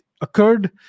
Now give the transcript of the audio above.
occurred